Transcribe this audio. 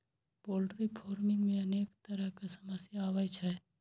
poultry farming मे अनेक तरहक समस्या आबै छै